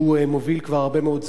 שהוא מוביל כבר הרבה מאוד זמן,